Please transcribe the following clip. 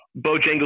Bojangles